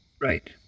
Right